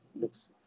looks